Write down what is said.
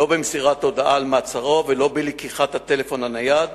לא במסירת הודעה על מעצרו ולא בלקיחת הטלפון הנייד